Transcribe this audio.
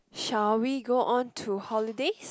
shall we go on to holidays